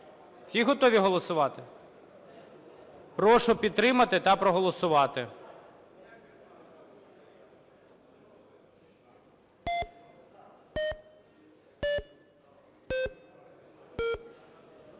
Всі готові голосувати? Прошу підтримати та проголосувати.